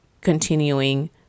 continuing